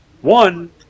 one